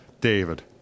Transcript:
David